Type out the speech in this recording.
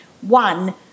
one